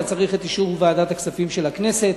אבל צריך את אישור ועדת הכספים של הכנסת.